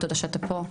תודה שאתה פה.